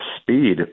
speed